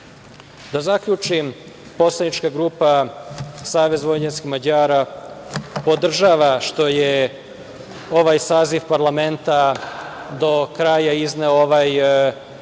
zaključim, poslanička grupa Savez vojvođanskih Mađara podržava što je ovaj saziv parlamenta do kraja izneo ovaj